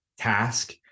task